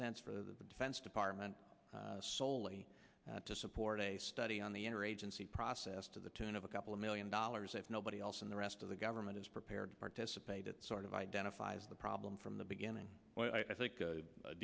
sense for the defense department soley to support a study on the inner agency process to the tune of a couple of million dollars if nobody else in the rest of the government is prepared to participate it sort of identifies the problem from the beginning i think